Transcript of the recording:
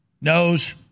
knows